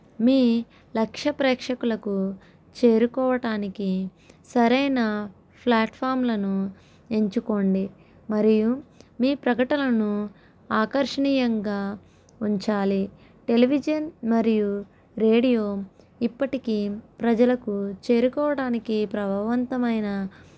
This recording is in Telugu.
మీ లక్ష్య ప్రేక్షకులకు చేరుకోవటానికి సరైన ప్లాట్ఫామ్లను ఎంచుకోండి మరియు మీ ప్రకటనలను ఆకర్షణీయంగా ఉంచాలి టెలివిజన్ మరియు రేడియో ఇప్పటికి ప్రజలకు చేరుకోవడానికి ప్రభావ వంతమైన